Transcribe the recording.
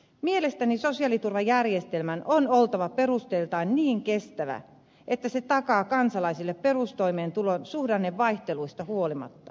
mielestäni sosiaaliturvajärjestelmän on oltava perusteiltaan niin kestävä että se takaa kansalaisille perustoimeentulon suhdannevaihteluista huolimatta